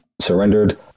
surrendered